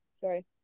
sorry